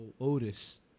Otis